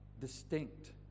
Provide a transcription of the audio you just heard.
distinct